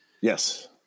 yes